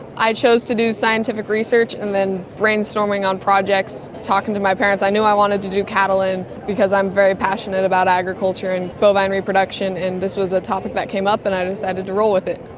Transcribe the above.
i chose to do scientific research and then brainstorming on projects, talking to my parents, i knew i wanted to do cattle, and because i'm very passionate about agriculture and bovine reproduction and this was a topic that came up and i decided to roll with it.